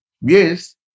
Yes